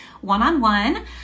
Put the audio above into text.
one-on-one